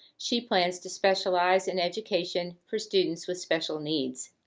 she plans to specialize in education for students with special needs.